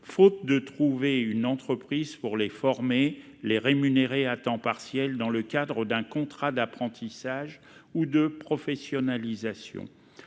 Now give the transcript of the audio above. faute de trouver une entreprise pour les former et les rémunérer à temps partiel dans le cadre d'un contrat d'apprentissage ou de professionnalisation.